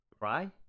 Cry